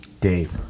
Dave